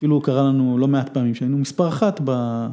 כאילו קרה לנו לא מעט פעמים שהיינו מספר אחת ב...